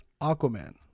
Aquaman